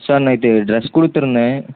sir night dress கொடுத்துருந்தேன்